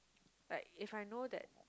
like if I know that